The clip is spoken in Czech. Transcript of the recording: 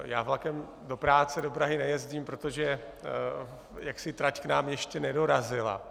Já vlakem do práce do Prahy nejezdím, protože trať k nám ještě nedorazila.